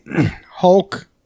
Hulk